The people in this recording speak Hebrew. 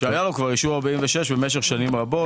שהיה לו כבר אישור 46 במשך שנים רבות,